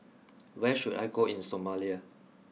where should I go in Somalia